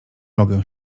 mogę